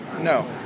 No